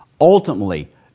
Ultimately